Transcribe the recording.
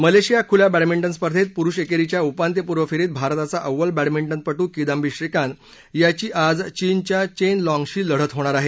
Malaysia खुल्या badminton स्पर्धेत पुरुष एकेरीच्या उपांत्यपूर्व फेरीत भारताचा अव्वल बॅडमिंटनपटू किदांबी श्रीकांत याची आज चीनच्या चेन लॉंगशी लढत होणार आहे